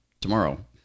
tomorrow